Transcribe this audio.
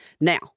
Now